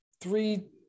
three